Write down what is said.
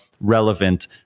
relevant